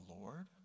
Lord